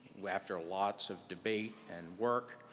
after lots of debate and work,